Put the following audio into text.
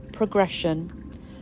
progression